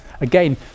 again